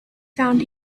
found